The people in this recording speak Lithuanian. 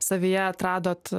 savyje atradot